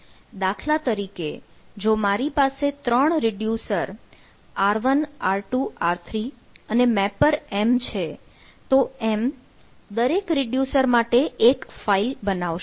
દાખલા તરીકે જો મારી પાસે ૩ રીડ્યુસર R1R2R3 અને મેપર m છે તો m દરેક રીડ્યુસર માટે એક ફાઈલ બનાવશે